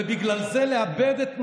ובגלל זה לאבד את נהריים,